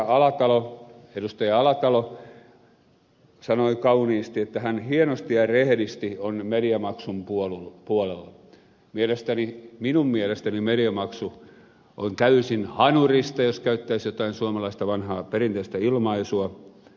alatalo sanoi kauniisti että hän hienosti ja rehellisesti on mediamaksun puolella että minun mielestäni mediamaksu on täysin hanurista jos käyttäisi jotain suomalaista vanhaa perinteistä ilmaisua